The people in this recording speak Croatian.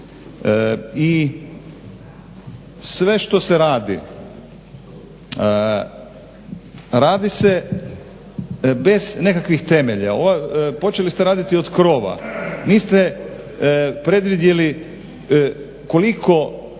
I sve što se radi, radi se bez nekakvih temelja. Počeli ste raditi od krova. Niste predvidjeli koliko